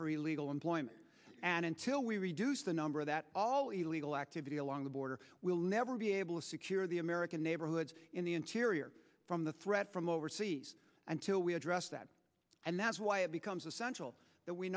for illegal employment and until we reduce the number that all illegal activity along the border will never be able to secure the american neighborhoods in the interior from the threat from overseas until we address that and that's why it becomes essential that we